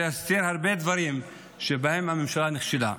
וכדי להסתיר הרבה דברים שבהם הממשלה נכשלה.